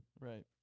right